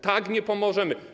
Tak nie pomożemy.